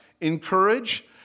encourage